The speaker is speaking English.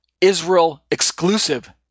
Israel-exclusive